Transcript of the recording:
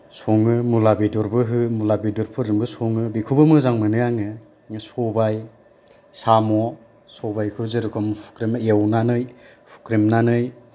सङो मुला बेदरबो हो मुला बेदरफोरजोंबो सङो बेखौबो मोजां मोनो आङो सबाय साम' सबायखौ जे रोखोम हुग्रेम एवनानै हुग्रेमनानै